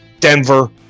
Denver